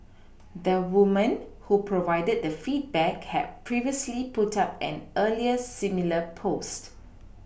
the woman who provided the feedback had previously put up an earlier similar post